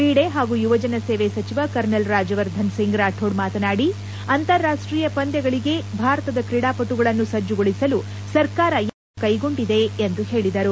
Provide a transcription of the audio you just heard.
ಕ್ರೀಡೆ ಹಾಗೂ ಯುವಜನ ಸೇವೆ ಸಚಿವ ಕರ್ನಲ್ ರಾಜ್ಯವರ್ಧನ್ ಸಿಂಗ್ ರಾಥೋಡ್ ಮಾತನಾಡಿ ಅಂತಾರಾಷ್ಷೀಯ ಪಂದ್ಲಾವಳಿಗೆ ಭಾರತದ ಕ್ರೀಡಾಪಟುಗಳನ್ನು ಸಜ್ಜುಗೊಳಿಸಲು ಸರ್ಕಾರ ಎಲ್ಲ ಕ್ರಮಗಳನ್ನು ಕೈಗೊಂಡಿದೆ ಎಂದು ಹೇಳದರು